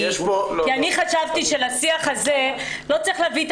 אני חשבתי שלשיח הזה לא צריך להביא את